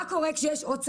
מה קורה כשיש עוד שחקן?